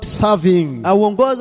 serving